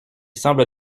semble